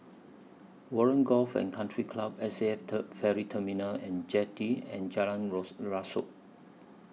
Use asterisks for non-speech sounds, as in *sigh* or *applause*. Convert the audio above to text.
Warren Golf and Country Club S A F *unintelligible* Ferry Terminal and Jetty and Jalan Rasok